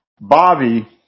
Bobby